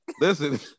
Listen